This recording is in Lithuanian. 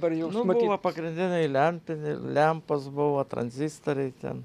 nu buvo pagrindiniai lempiniai lempos buvo tranzistoriai ten